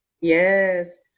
Yes